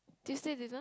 Tuesday dinner